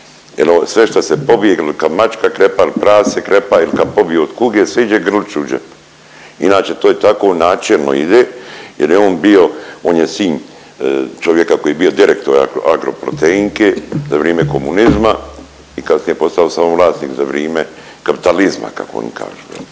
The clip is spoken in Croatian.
sve šta se pobije il kad mačka krepa, il prase krepa, il kad pobiju od kuge sve iđe Grliću u džep, inače to je tako, načelno ide jel je on bio, on je sin čovjeka koji je bio direktor Agroproteinke za vrime komunizma i kasnije je postao samovlasnik za vrime kapitalizma kako oni kažu,